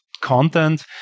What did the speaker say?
content